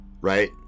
right